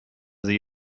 sie